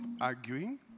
arguing